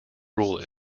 rule